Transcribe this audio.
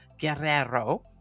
Guerrero